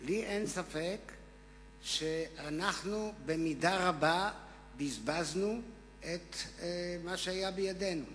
לי אין ספק שאנחנו במידה רבה בזבזנו את מה שהיה בידינו,